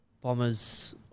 bomber's